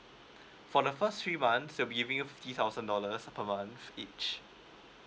for the first three months we'll be giving you fifty thousand dollars per month each